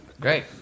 Great